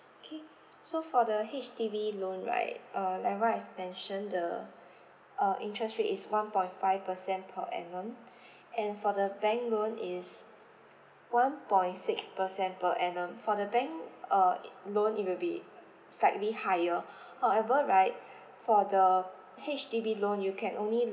okay so for the H_D_B loan right err like what I've mention the uh interest rate is one point five percent per annum and for the bank loan is one point six percent per annum for the bank uh loan it will be uh slightly higher however right for the uh H_D_B loan you can only